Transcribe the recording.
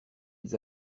ils